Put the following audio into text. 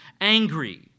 angry